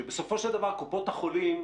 שבסופו של דבר קופות החולים,